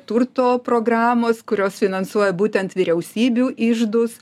turto programos kurios finansuoja būtent vyriausybių iždus